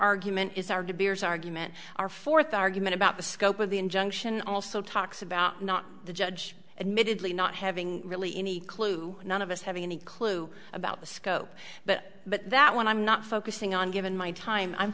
argument is our de beers argument our fourth argument about the scope of the injunction also talks about not the judge admittedly not having really any clue none of us having any clue about the scope but but that one i'm not focusing on given my time i'm